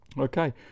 Okay